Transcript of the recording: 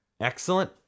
Excellent